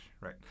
right